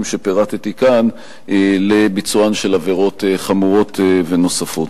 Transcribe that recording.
שפירטתי כאן לביצוען של עבירות חמורות ונוספות.